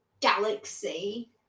Galaxy